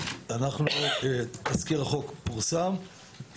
תזכיר החוק פורסם.